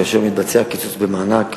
כאשר מתבצע קיצוץ במענק,